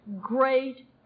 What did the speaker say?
great